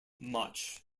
much